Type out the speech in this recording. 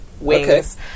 wings